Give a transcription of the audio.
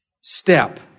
step